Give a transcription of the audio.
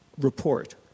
Report